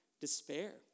despair